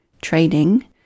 training